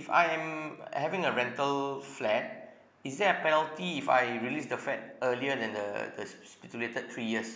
if I am uh having a rental flat is there a penalty if I release the flat earlier than the the s~ speculated three years